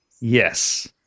Yes